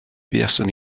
buaswn